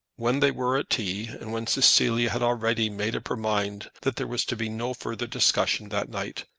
when they were at tea, and when cecilia had already made up her mind that there was to be no further discussion that night,